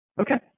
Okay